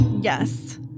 Yes